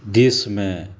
देशमे